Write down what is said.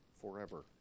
forever